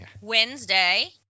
Wednesday